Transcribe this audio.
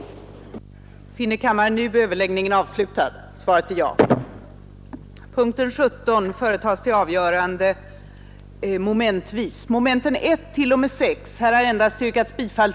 nisk utveckling